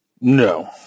No